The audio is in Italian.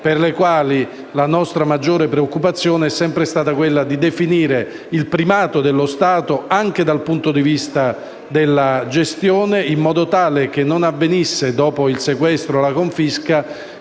Per quest'ultime la nostra maggiore preoccupazione è sempre stata quella di definire il primato dello Stato anche dal punto di vista della gestione, in modo tale che non avvenisse, dopo il sequestro o la confisca,